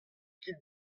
kit